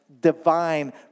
divine